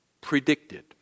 predicted